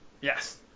Yes